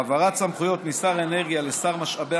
העברת סמכויות משר האנרגיה לשר משאבי